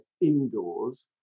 indoors